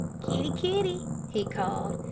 kitty, kitty! he called.